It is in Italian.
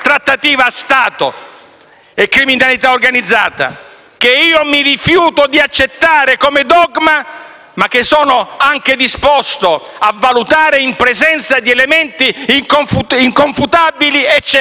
trattativa Stato-criminalità organizzata, che mi rifiuto di accettare come dogma, ma che sono disposto a valutare in presenza di elementi inconfutabili e